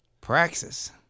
Praxis